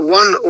one